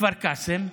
בכפר קאסם,